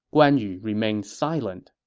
guan yu remained silent